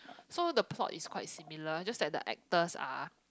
so the plot is quite similar just like a actors are